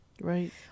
Right